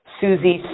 Susie